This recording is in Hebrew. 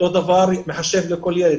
אותו דבר "מחשב לכל ילד".